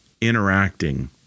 interacting